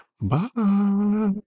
Bye